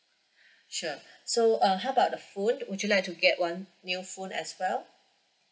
sure so uh how about the phone would you like to get one new phone as well